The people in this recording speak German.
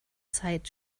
zeit